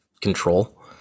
control